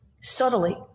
subtly